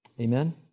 Amen